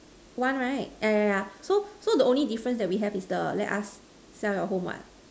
one right yeah yeah yeah so so the only difference that we have is the let us sell your home what